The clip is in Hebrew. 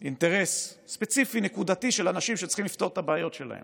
אינטרס ספציפי נקודתי של אנשים שצריכים לפתור את הבעיות שלהם.